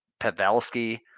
Pavelski